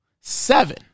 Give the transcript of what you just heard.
seven